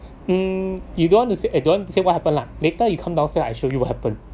mm you don't want to say don't say what happened lah later you come down here I show you what happen